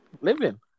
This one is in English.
living